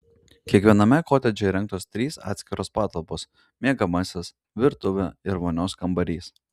kiekviename kotedže įrengtos trys atskiros patalpos miegamasis virtuvė ir vonios kambarys